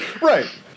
Right